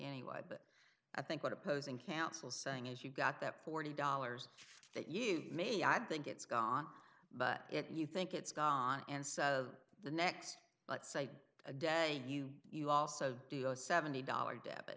anyway but i think what opposing counsel saying is you've got that forty dollars that you may i think it's gone but it you think it's gone and so the next let's say a day you you also seventy dollars debit